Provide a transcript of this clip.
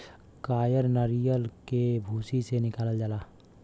कायर नरीयल के भूसी से निकालल जाला